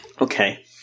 Okay